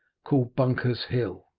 called bunker's hill,